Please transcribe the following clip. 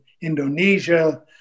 Indonesia